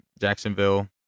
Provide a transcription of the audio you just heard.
Jacksonville